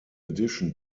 addition